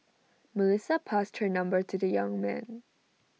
Melissa passed her number to the young man